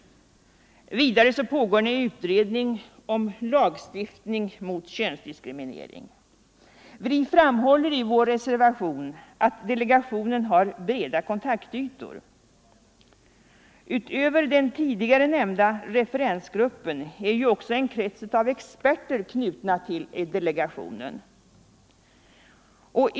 Vidare pågår en utredning om lagstiftning mot könsdiskriminering. Vi framhåller i vår reservation att delegationen har breda kontaktytor. Utöver den tidigare nämnda referensgruppen är ju också en krets av experter knuten till delegationen.